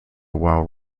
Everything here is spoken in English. while